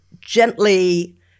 gently